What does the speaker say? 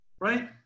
right